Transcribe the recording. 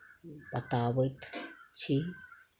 बतावैत छी